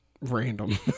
random